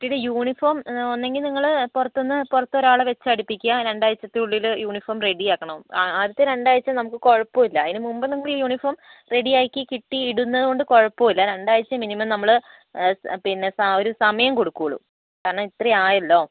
പിന്നെ യൂണിഫോം ഒന്നുകിൽ നിങ്ങൾ പുറത്തുനിന്ന് പുറത്തൊരാളെ വെച്ചടിപ്പിക്കുക രണ്ടാഴ്ചക്ക് ഉള്ളിൽ യൂണിഫോം റെഡി ആക്കണം ആദ്യത്തെ രണ്ടാഴ്ച്ച നമുക്ക് കുഴപ്പമില്ല അതിന് മുൻപ് നമുക്ക് യൂണിഫോം റെഡി ആക്കി കിട്ടി ഇടുന്നത് കൊണ്ട് കുഴപ്പമില്ല രണ്ടാഴ്ച്ച മിനിമം നമ്മൾ പിന്നെ ഒരു സമയം കൊടുക്കുള്ളൂ കാരണം ഇത്രയും ആയല്ലോ